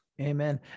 Amen